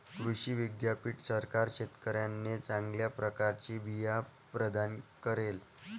कृषी विद्यापीठ सरकार शेतकऱ्यांना चांगल्या प्रकारचे बिया प्रदान करेल